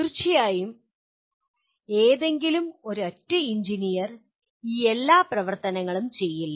തീർച്ചയായും ഏതെങ്കിലും ഒരൊറ്റ എഞ്ചിനീയർ ഈ പ്രവർത്തനങ്ങളെല്ലാം ചെയ്യില്ല